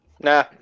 Nah